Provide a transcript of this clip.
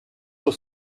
sur